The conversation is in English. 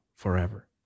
forever